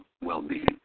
well-being